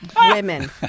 women